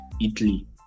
Italy